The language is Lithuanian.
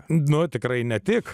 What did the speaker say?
na tikrai ne tik